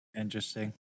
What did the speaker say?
Interesting